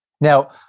Now